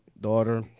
daughter